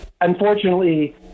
unfortunately